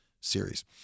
series